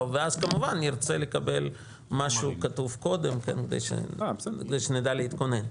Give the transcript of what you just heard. ואז כמובן נרצה לקבל משהו כתוב קודם כדי שנדע להתכונן.